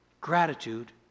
gratitude